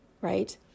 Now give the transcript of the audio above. Right